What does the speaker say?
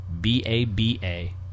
B-A-B-A